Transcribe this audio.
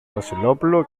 βασιλόπουλο